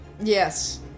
Yes